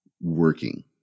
working